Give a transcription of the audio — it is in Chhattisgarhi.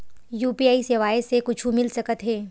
यू.पी.आई सेवाएं से कुछु मिल सकत हे?